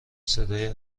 صدای